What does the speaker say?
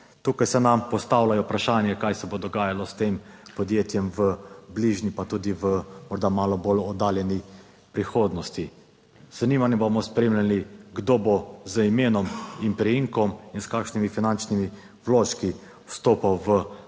Tukaj se nam postavlja vprašanje kaj se bo dogajalo s tem podjetjem v bližnji, pa tudi v morda malo bolj oddaljeni prihodnosti. Z zanimanjem bomo spremljali, kdo bo z imenom in priimkom in s kakšnimi finančnimi vložki vstopal v to podjetje